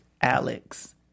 Alex